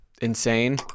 insane